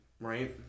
Right